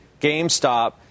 GameStop